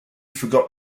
forgot